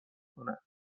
کند